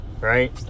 Right